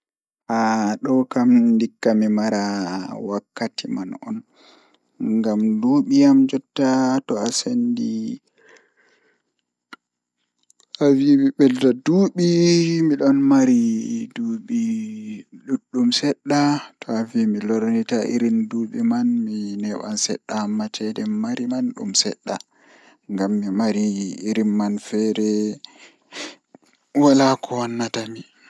Haa ɗo kam ndikka mi mara wakkati ɗuɗɗum ngam duuɓi am jotta to asendi tovi mi ɓedda ɗuuɓi miɗo mari duuɓi seɗɗa to avi mi lornita irin duuɓi man mi neeɓan seɗɗa amma ceede mi mari man ngam Wala ko wannata mi